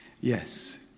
Yes